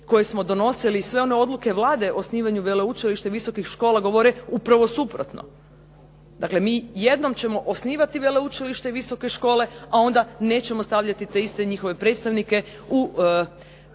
koje smo donosili i sve one odluke Vlade o osnivanju veleučilišta i visokih škola govore upravo suprotno. Dakle, mi jednom ćemo osnivati veleučilišta i visoke škole, a onda nećemo stavljati te iste njihove predstavnike u